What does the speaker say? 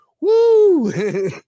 Woo